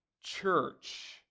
church